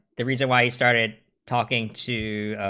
the reason why started talking too,